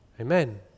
Amen